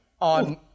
on